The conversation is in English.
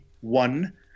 one